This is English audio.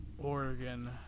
Oregon